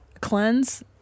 cleanse